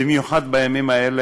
במיוחד בימים האלה,